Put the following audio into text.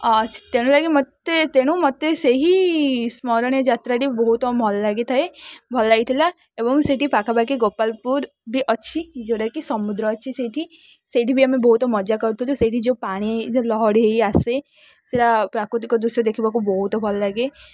ତେଣୁ ଲାଗି ମୋତେ ତେଣୁ ମୋତେ ସେହି ସ୍ମରଣୀୟ ଯାତ୍ରାଟି ବହୁତ ମଲ ଲାଗିଥାଏ ଭଲ ଲାଗିଥିଲା ଏବଂ ସେଇଠି ପାଖାପାଖି ଗୋପାଳପୁର ବି ଅଛି ଯେଉଁଟା କି ସମୁଦ୍ର ଅଛି ସେଇଠି ସେଇଠି ବି ଆମେ ବହୁତ ମଜା କରୁଥିଲୁ ସେଇଠି ଯେଉଁ ପାଣିରେ ଲହଡ଼ି ହେଇ ଆସେ ସେଇଟା ପ୍ରାକୃତିକ ଦୃଶ୍ୟ ଦେଖିବାକୁ ବହୁତ ଭଲ ଲାଗେ